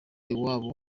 iwabo